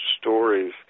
stories